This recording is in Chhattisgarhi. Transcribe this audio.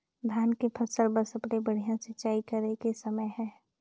धान के फसल बार सबले बढ़िया सिंचाई करे के समय हे?